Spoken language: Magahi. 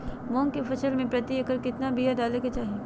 मूंग की फसल में प्रति एकड़ कितना बिया डाले के चाही?